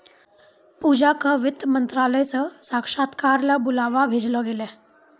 पूजा क वित्त मंत्रालय स साक्षात्कार ल बुलावा भेजलो गेलै